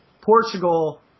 Portugal